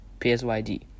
PsyD